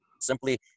simply